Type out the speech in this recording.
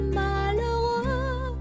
malheureux